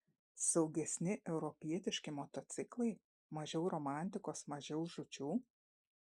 saugesni europietiški motociklai mažiau romantikos mažiau žūčių